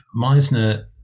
Meisner